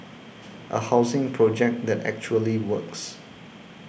a housing project that actually works